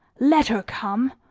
let her come!